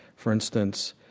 for instance,